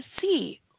see